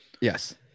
Yes